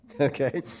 okay